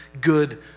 good